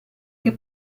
che